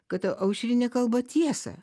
kad aušrinė kalba tiesą